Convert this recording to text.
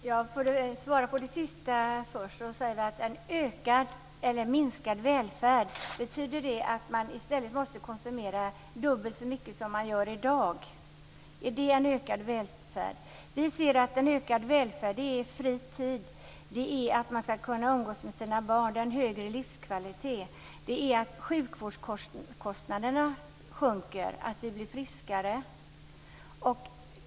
Herr talman! Jag svarar på det senaste först. Betyder en ökad eller minskad välfärd att man måste konsumera dubbelt så mycket som man gör i dag? Är det en ökad välfärd? Miljöpartiet säger att en ökad välfärd är fri tid, att man ska kunna umgås med sina barn och en högre livskvalitet. Det är också att sjukvårdskostnaderna sjunker, och att vi blir friskare.